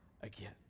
again